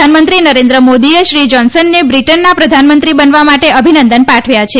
પ્રધાનમંત્રી નરેન્દ્ર મોદીએ શ્રી જાન્સનને બ્રિટનના પ્રધાનમંત્રી બનવા માટે અભિનંદન પાઠવ્યા છે